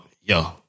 yo